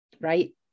right